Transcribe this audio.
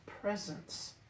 presence